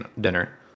dinner